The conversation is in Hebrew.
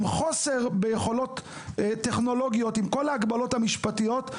עם חוסר ביכולות טכנולוגיות ועם כל ההגבלות המשפטיות,